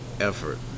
effort